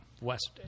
West